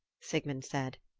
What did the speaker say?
sigmund said.